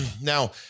now